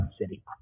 city